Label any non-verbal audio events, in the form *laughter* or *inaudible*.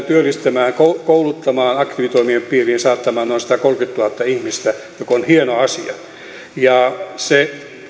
*unintelligible* työllistämään kouluttamaan ja aktiivitoimien piiriin saattamaan noin satakolmekymmentätuhatta ihmistä mikä on hieno asia se